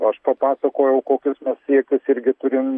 aš papasakojau kokius siekius irgi turim